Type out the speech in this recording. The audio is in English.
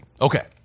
Okay